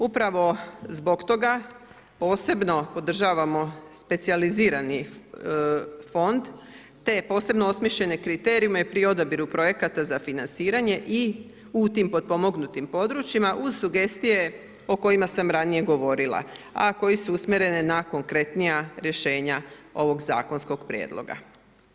Upravo zbog toga posebno podržavamo specijalizirani fond, te posebno osmišljene kriterije pri odabiru projekata za financiranje i u tim potpomognutim područjima uz sugestije o kojima sam ranije govorila, a koje su usmjerene na konkretnija rješenja ovog zakonskog prijedloga.